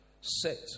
set